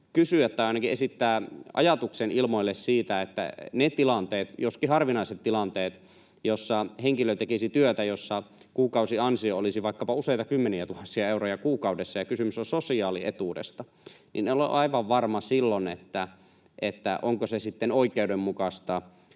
tai ainakin esittää ajatuksen ilmoille siitä, että ne tilanteet, joskin harvinaiset tilanteet, joissa henkilö tekisi työtä, jossa kuukausiansio olisi vaikkapa useita kymmeniätuhansia euroja kuukaudessa ja kysymys on sosiaalietuudesta — en ole aivan varma, onko se silloin sitten oikeudenmukaista.